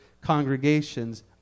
congregations